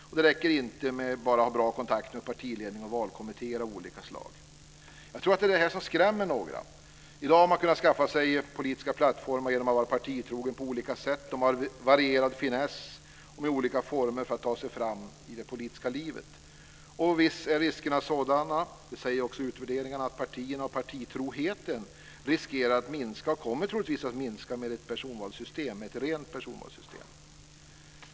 Och det räcker inte med att bara ha bra kontakter med partiledning och valkommittér av olika slag. Jag tror att det är detta som skrämmer några. I dag har man kunnat skaffa sig politiska plattformar genom att vara partitrogen på olika sätt och med varierad finess och med olika former för att ta sig fram i det politiska livet. Och visst är riskerna sådana. Det sägs också i utvärderingarna att partierna och partitroheten riskerar att minska, och kommer troligtvis att minska, med ett rent personvalssystem.